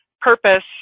purpose